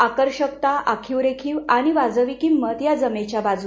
आकर्षकताआखीव रेखीव आणि वाजवी किंमत या जमेच्या बाजु